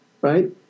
Right